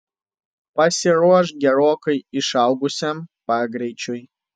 pasiruošk gerokai išaugusiam pagreičiui